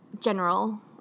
general